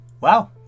Wow